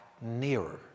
nearer